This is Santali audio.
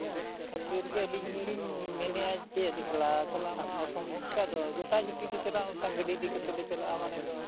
ᱦᱮᱸ ᱚᱱᱟ ᱠᱷᱟᱹᱛᱤᱨ ᱜᱮ ᱟᱹᱞᱤᱧ ᱦᱚᱸᱞᱤᱧ ᱢᱮᱱᱮᱫᱼᱟ ᱪᱮᱫ ᱮᱠᱞᱟ ᱪᱟᱞᱟᱜ ᱢᱟ ᱚᱥᱚᱢᱵᱷᱚᱵᱽ ᱜᱮᱭᱟ ᱟᱫᱚ ᱡᱚᱴᱟ ᱞᱮ ᱪᱮᱫᱟ ᱚᱱᱠᱟᱱ ᱜᱟᱹᱰᱤ ᱤᱫᱤ ᱠᱟᱛᱮᱫ ᱞᱮ ᱪᱟᱞᱟᱜᱼᱟ ᱢᱟᱱᱮ ᱫᱚ